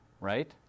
right